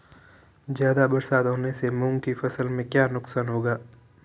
ज़्यादा बरसात होने से मूंग की फसल में क्या नुकसान होगा?